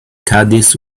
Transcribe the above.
caddies